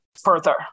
further